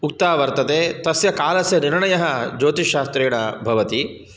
उक्ता वर्तते तस्य कालस्य निर्णयः ज्योतिश्शास्त्रेण भवति